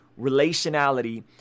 relationality